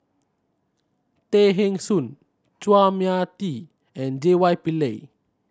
Tay Eng Soon Chua Mia Tee and J Y Pillay